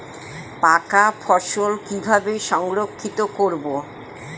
পাকা ফসল কিভাবে সংরক্ষিত করব?